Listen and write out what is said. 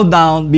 down